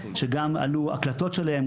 שעלו הקלטות שלהם,